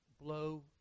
blow